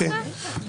נכין נוסח.